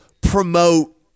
promote